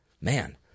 man